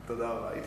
תודה רבה.